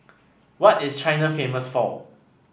what is China famous for